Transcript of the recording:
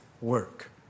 work